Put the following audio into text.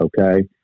Okay